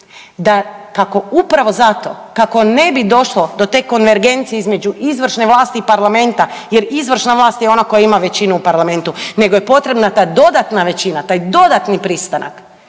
da kako upravo zato kako ne bi došlo do te konvergencije između izvršne vlasti i parlamenta jer izvršna vlast je ona koja ima većinu u parlamentu nego je potrebna ta dodatna većina, taj dodatni pristanak